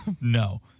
No